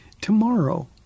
tomorrow